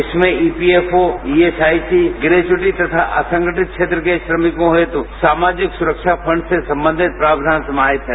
इसमें EPFO ESIC gratuity तथा असंगठित क्षेत्र के श्रमिको हेतु सामाजिक सुरक्षा फ्रंड से सम्बन्धित प्रावधान समाहित हैं